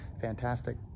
fantastic